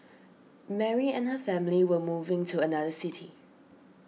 Mary and her family were moving to another city